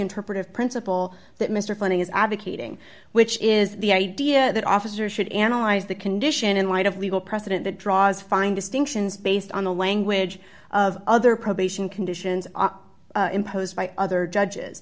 interpretive principle that mr flynn is advocating which is the idea that officers should analyze the condition in light of legal precedent that draws fine distinctions based on the language of other probation conditions imposed by other judges